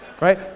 right